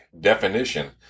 definition